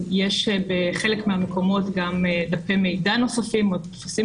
בחלק מהמקומות יש גם דפי מידע נוספים או טפסים